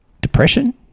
depression